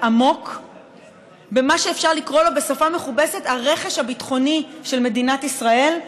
עמוק במה שאפשר לקרוא לו בשפה מכובסת הרכש הביטחוני של מדינת ישראל,